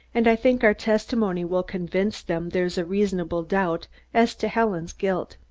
and i think our testimony will convince them there's a reasonable doubt as to helen's guilt.